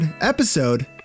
episode